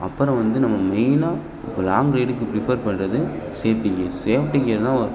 அப்புறம் வந்து நம்ம மெயினாக இப்போ லாங்க் ரைடுக்கு ப்ரிஃபர் பண்ணுறது சேஃப்ட்டி கியர்ஸ் சேஃப்ட்டி கியர்ஸ் தான்